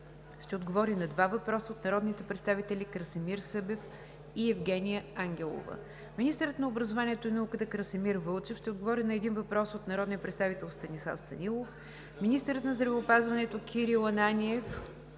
ще отговори на два въпроса от народните представители Красимир Събев; и Евгения Ангелова. 5. Министърът на образованието и науката Красимир Вълчев ще отговори на един въпрос от народния представител Станислав Станилов. 6. Министърът на здравеопазването Кирил Ананиев